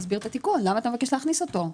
תסביר למה אתה מבקש להכניס אותו,